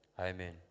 Amen